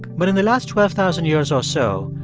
but in the last twelve thousand years or so,